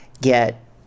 get